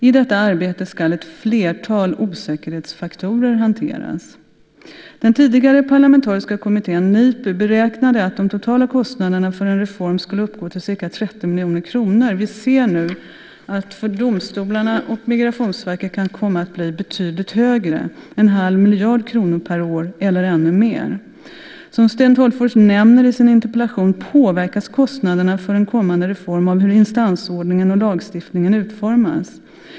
I detta arbete ska ett flertal osäkerhetsfaktorer hanteras. Den tidigare parlamentariska kommittén NIPU beräknade att de totala kostnaderna för en reform skulle uppgå till ca 30 miljoner kronor. Vi ser nu att kostnaderna för domstolarna och Migrationsverket kan komma att bli betydligt högre - en halv miljard kronor per år eller ännu mer. Som Sten Tolgfors nämner i sin interpellation påverkas kostnaderna för en kommande reform av hur instansordningen och lagstiftningen utformas.